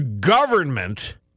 government